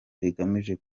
rigamije